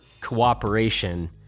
cooperation